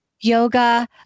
yoga